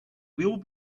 will